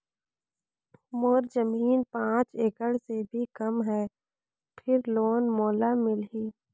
मोर जमीन पांच एकड़ से भी कम है फिर लोन मोला मिलही?